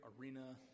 arena